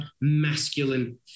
masculine